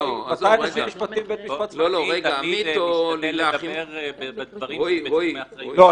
מתי --- אני משתדל לדבר ולהגיד דברים שאני אחראי עליהם.